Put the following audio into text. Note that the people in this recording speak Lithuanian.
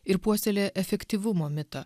ir puoselėja efektyvumo mitą